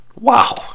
Wow